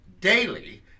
daily